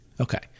Okay